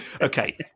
okay